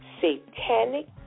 Satanic